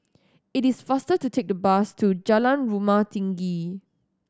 it is faster to take the bus to Jalan Rumah Tinggi